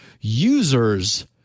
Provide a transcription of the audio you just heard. users